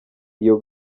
iyo